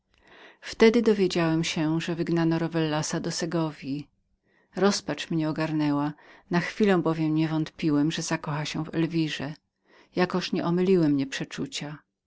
wtedy dowiedziałem się że wygnano rowellasa do segowji rozpacz mnie ogarnęła na chwilę bowiem nie wątpiłem że zakocha się w elwirze jakoż nie omyliły mnie moje przeczucia